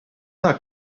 not